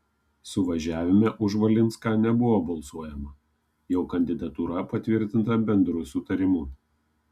suvažiavime už valinską nebuvo balsuojama jo kandidatūra patvirtinta bendru sutarimu